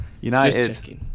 United